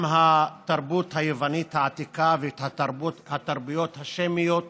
גם התרבות היוונית העתיקה והתרבויות השמיות